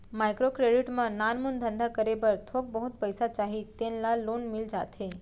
micro credit म नानमुन धंधा करे बर थोक बहुत पइसा चाही तेन ल लोन मिल जाथे